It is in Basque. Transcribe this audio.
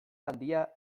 handia